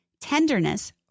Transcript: tenderness